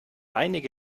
einige